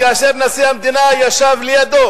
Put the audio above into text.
כאשר נשיא המדינה ישב לידו.